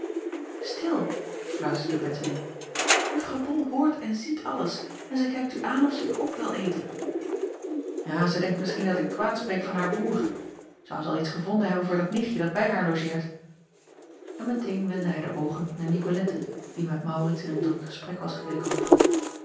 til fluisterde ettemie uffrouw ol hoort en ziet alles en zij kijkt u aan of ze u op wil eten a zij denkt misschien dat ik kwaad spreek van haar broêr ou ze al iets gevonden hebben voor dat nichtje dat bij haar logeert n meteen wendde hij de oogen naar icolette die met aurits in een druk gesprek was gewikkeld